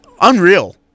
Unreal